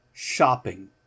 Shopping